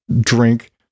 drink